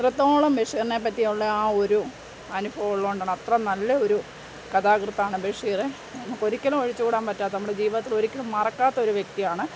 അത്രത്തോളം ബഷീറിനെ പറ്റിയുള്ള ആ ഒരു അനുഭവമുള്ളതു കൊണ്ടാണ് അത്ര നല്ല ഒരു കഥാകൃത്താണ് ബഷീർ നമുക്കൊരിക്കലും ഒഴിച്ചു കൂടാൻ പറ്റാത്ത നമ്മുടെ ജീവിതത്തിലൊരിക്കലും മറക്കാത്തൊരു വ്യക്തിയാണ്